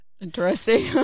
interesting